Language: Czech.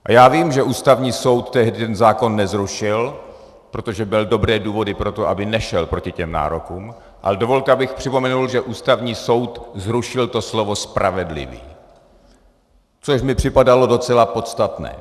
A já vím, že Ústavní soud tehdy ten zákon nezrušil, protože byly dobré důvody pro to, aby nešel proti těm nárokům, ale dovolte mi, abych připomenul, že Ústavní soud zrušil to slovo spravedlivý, což mi připadalo docela podstatné.